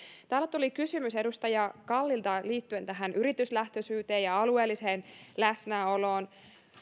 täällä tuli kysymys edustaja kallilta liittyen tähän yrityslähtöisyyteen ja alueelliseen läsnäoloon